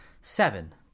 seven